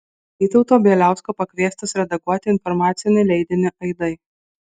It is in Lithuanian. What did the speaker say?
vytauto bieliausko pakviestas redaguoti informacinį leidinį aidai